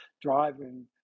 driving